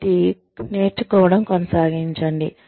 కాబట్టి నేర్చుకోవడం కొనసాగించండి